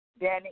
Danny